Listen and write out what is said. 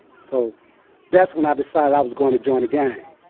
so that's when i decided i was going to join a gang.